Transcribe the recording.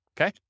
Okay